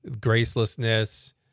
gracelessness